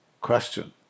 question